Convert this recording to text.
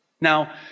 Now